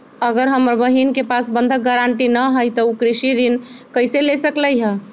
अगर हमर बहिन के पास बंधक गरान्टी न हई त उ कृषि ऋण कईसे ले सकलई ह?